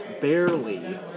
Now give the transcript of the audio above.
Barely